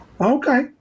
Okay